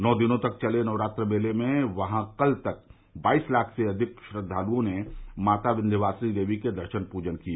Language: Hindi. नौ दिनों तक चले नवरात्र मेले में वहां कल तक बाईस लाख से अधिक श्रद्वालुओं ने माता विन्यवासिनी देवी के दर्शन पूजन किए